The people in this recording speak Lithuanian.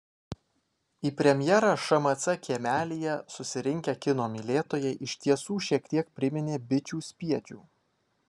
į premjerą šmc kiemelyje susirinkę kino mylėtojai iš tiesų šiek tiek priminė bičių spiečių